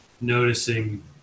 noticing